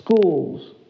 schools